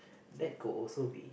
that could also be